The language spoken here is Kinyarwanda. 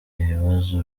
ibibazo